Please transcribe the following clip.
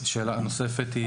שאלה נוספת,